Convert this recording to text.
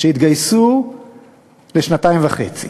והתגייסו לשנתיים וחצי.